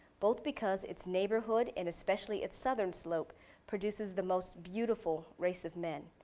both because its neighborhood and especially its southern slope produces the most beautiful race of men,